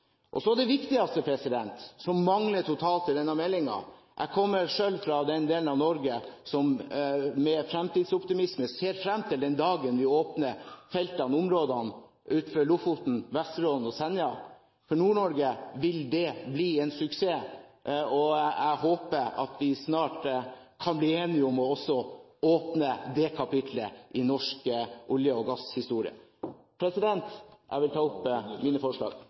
Så til det viktigste – som mangler totalt i denne meldingen. Jeg kommer selv fra den delen av Norge som med optimisme ser frem til den dagen vi åpner feltene og områdene utenfor Lofoten, Vesterålen og Senja. For Nord-Norge vil det bli en suksess. Jeg håper at vi snart kan bli enige om også å åpne det kapitlet i norsk olje- og gasshistorie. Jeg tar opp forslagene nr. 1–27 i innstillingen. Representanten Per-Willy Amundsen har tatt opp de forslag